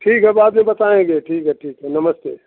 ठीक है बाद में बताएँगे ठीक है ठीक है नमस्ते